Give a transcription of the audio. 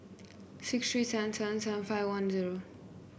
six three seven seven seven five one zero